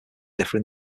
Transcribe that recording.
differ